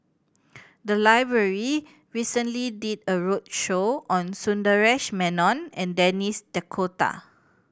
the library recently did a roadshow on Sundaresh Menon and Denis D'Cotta